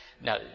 Now